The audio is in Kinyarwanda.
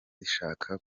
zishaka